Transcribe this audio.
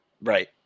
Right